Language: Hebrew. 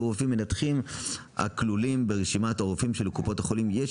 יהיו רופאים מנתחים הכלולים ברשימת הרופאים שלקופות החולים יש